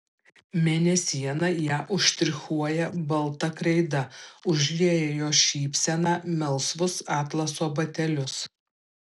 mėnesiena ją užštrichuoja balta kreida užlieja jos šypseną melsvus atlaso batelius